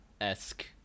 esque